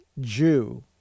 Jew